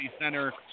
Center